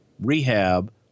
rehab